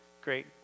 Great